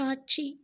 காட்சி